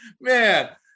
man